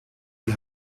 die